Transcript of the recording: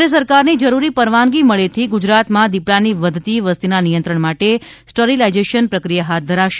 કેન્દ્ર સરકારની જરૂરી પરવાનગી મળ્યેથી ગુજરાતમાં દીપડાની વધતી વસ્તીના નિયંત્રણ માટે સ્ટરીલાઈઝેશન પ્રક્રિયા હાથ ધરાશે